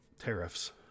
tariffs